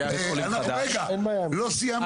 אנחנו, רגע, לא סיימנו.